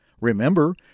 Remember